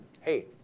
Hey